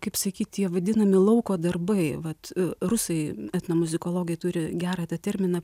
kaip sakyt jie vadinami lauko darbai vat rusai etnomuzikologai turi gerą tą terminą